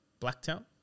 Blacktown